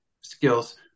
skills